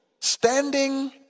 standing